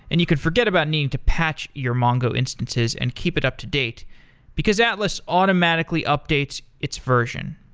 and you could forget about needing to patch your mongo instances and keep it up-to-date, because atlas automatically updates its version.